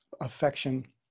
affection